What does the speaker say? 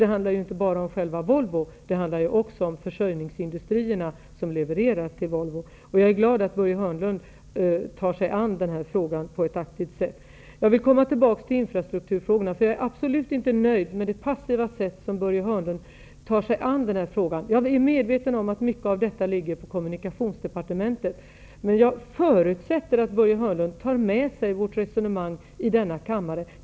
Det handlar ju inte bara om själva Volvo -- det handlar också om försörjningsindustrierna som levererar till Volvo. Jag är glad att Börje Hörnlund tar sig an den här frågan på ett aktivt sätt. Jag vill komma tillbaka till infrastrukturfrågorna. Jag är absolut inte nöjd med det passiva sätt som Börje Hörnlund tar sig an de frågorna på. Jag är medveten om att mycket av detta ligger på kommunikationsdepartementet, men jag förutsätter att Börje Hörnlund tar med sig vårt resonemang här i kammaren.